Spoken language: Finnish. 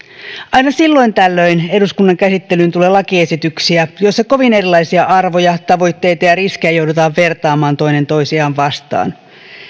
aina silloin tällöin eduskunnan käsittelyyn tulee lakiesityksiä joissa kovin erilaisia arvoja tavoitteita ja riskejä joudutaan vertaamaan toinen toisiaan vastaan